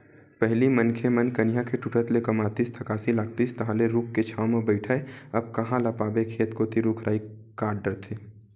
पहिली मनखे मन कनिहा के टूटत ले कमातिस थकासी लागतिस तहांले रूख के छांव म बइठय अब कांहा ल पाबे खेत कोती रुख राई कांट डरथे